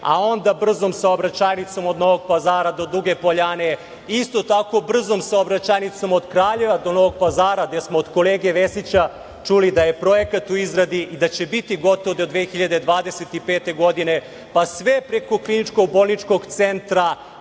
a onda brzom saobraćajnicom od Novog Pazara do Duge Poljane, isto tako brzom saobraćajnicom od Kraljeva do Novog Pazara, gde smo od kolege Vesića čuli da je projekat u izradi i da će biti gotov do 2025. godine, pa sve preko kliničko-bolničkog centra,